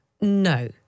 No